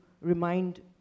remind